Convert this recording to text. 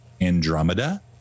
andromeda